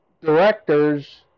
directors